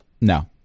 No